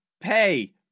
pay